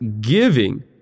giving